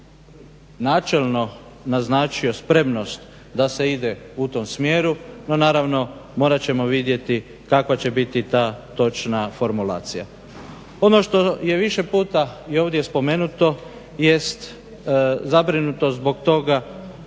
načelno naznačio spremnost da se ide u tom smjeru, no naravno morat ćemo vidjeti kakva će biti ta točna formulacija. Ono što je više puta i ovdje spomenuto jest zabrinutost zbog toga